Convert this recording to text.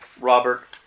Robert